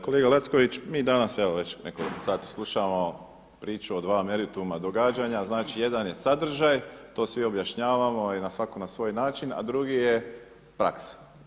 Kolega Lacković, mi danas evo već nekoliko sati slušamo priču o dva merituma događanja, znači jedan je sadržaj, to svi objašnjavamo i svatko na svoj način a drugi je praksa.